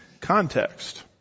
Context